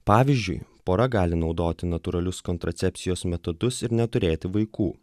pavyzdžiui pora gali naudoti natūralius kontracepcijos metodus ir neturėti vaikų